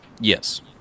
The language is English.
Yes